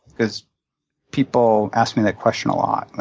because people ask me that question a lot, like,